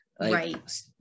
Right